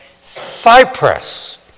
Cyprus